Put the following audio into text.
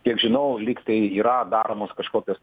kiek žinau lygtai yra daromos kažkokios